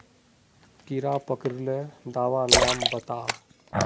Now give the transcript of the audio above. कीड़ा पकरिले दाबा नाम बाताउ?